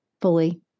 fully